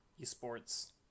esports